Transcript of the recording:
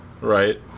Right